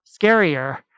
scarier